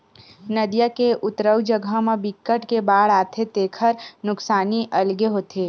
नदिया के उतारू जघा म बिकट के बाड़ आथे तेखर नुकसानी अलगे होथे